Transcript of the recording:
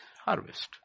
harvest